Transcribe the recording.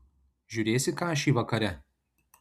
žiūrėsi kašį vakare